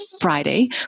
Friday